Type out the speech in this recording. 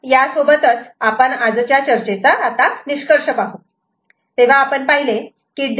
तर या सोबत आपण आजच्या चर्चेचा निष्कर्ष पाहू